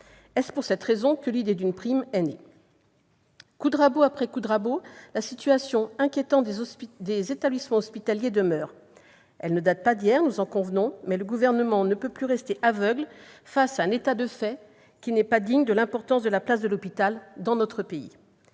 Est-ce pour cette raison que l'idée d'une prime est née ? Coup de rabot après coup de rabot, la situation des établissements hospitaliers demeure inquiétante. Elle ne date pas d'hier, nous en convenons, mais le Gouvernement ne peut plus rester aveugle face un état de fait qui n'est pas digne de la place importante occupée par l'hôpital dans notre pays